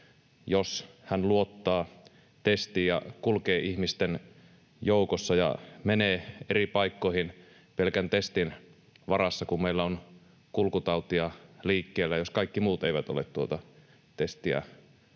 jos hän luottaa testiin ja kulkee ihmisten joukossa ja menee eri paikkoihin pelkän testin varassa, kun meillä on kulkutautia liikkeellä. Jos kaikki muut eivät ole tuota testiä